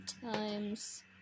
times